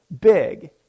big